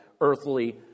earthly